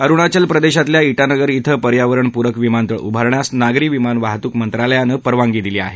अरुणाचल प्रदेशातल्या इटानगर इथं पर्यावरणपूरक विमानतळ उभारण्यास नागरी विमान वाहतूक मंत्रालयानं परवानगी दिली आहे